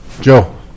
joe